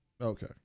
Okay